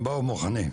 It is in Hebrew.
אל תדאג הם באו מוכנים.